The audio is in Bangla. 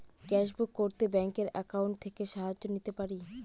গ্যাসবুক করতে ব্যাংকের অ্যাকাউন্ট থেকে সাহায্য নিতে পারি?